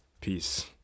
peace